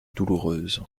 douloureuse